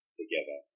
together